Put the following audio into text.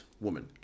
woman